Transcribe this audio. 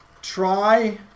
try